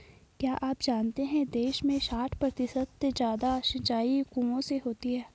क्या आप जानते है देश में साठ प्रतिशत से ज़्यादा सिंचाई कुओं से होती है?